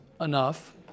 enough